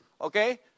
Okay